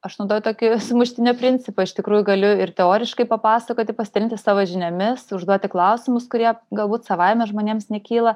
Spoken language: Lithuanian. aš naudoju tokį sumuštinio principą iš tikrųjų galiu ir teoriškai papasakoti pasidalinti savo žiniomis užduoti klausimus kurie galbūt savaime žmonėms nekyla